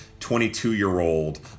22-year-old